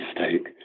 mistake